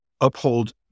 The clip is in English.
Uphold